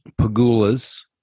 pagulas